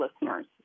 listeners